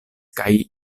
kaj